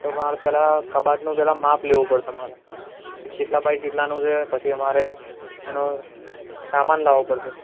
તો મારે પહેલાં કબાટનું પહેલાં માપ લેવું પડશે મારે કે કેટલાં બાય કેટલાંનું છે પછી અમારે એનો સામાન લાવવો પડશે